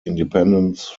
independence